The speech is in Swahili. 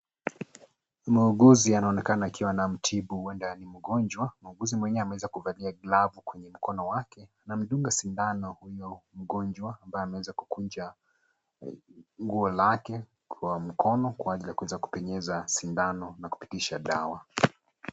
Muuguzi anaonekana akiwa akimtibu huenda ni mngonjwa, muuguzi mwenyewe ameweza kuvalia glavu kwenye mkono wake na amedunga sindano mngonjwa amabaye amweza kukunja nguo lake kwa mkono kwa ajili kupenyeza sindano na kupisha dawa.